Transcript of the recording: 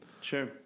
Sure